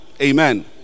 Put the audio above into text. Amen